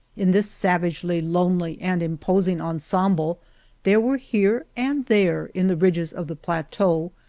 in this savagely lonely and imposing ensemble there were here and there, in the ridges of the plateau,